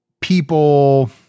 people